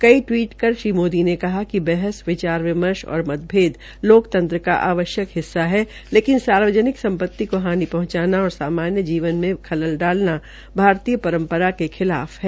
कई टिवीट कर श्री मोदी ने कहा कि बहस विचार विमर्श और मतभेद लोकतंत्र का आवश्यक हिस्सा है लेकिन सार्वजनिक सम्पति को हानि पहंचाना और सामान्य जीवन में खलल डालना भारतीय परम्परा के खिलाफ है